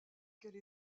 qu’elle